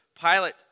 pilate